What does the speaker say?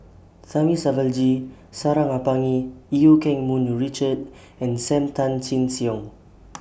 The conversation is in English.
Thamizhavel G Sarangapani EU Keng Mun Richard and SAM Tan Chin Siong